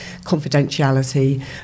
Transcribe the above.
confidentiality